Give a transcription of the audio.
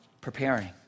preparing